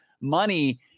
money